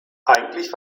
eigentlich